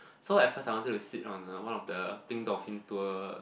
so at first I wanted to sit on a one of the pink dolphin tour